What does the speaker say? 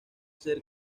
ser